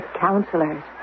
counselors